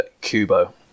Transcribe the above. Kubo